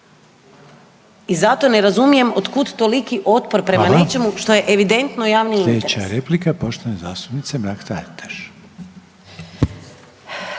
I zato ne razumijem otkud toliki otpor prema nečemu što je evidentno javni interes.